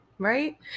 Right